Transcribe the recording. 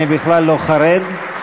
אני בכלל לא חרד.